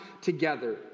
together